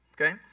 okay